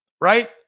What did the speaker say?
right